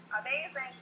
Amazing